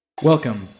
Welcome